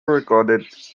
recorded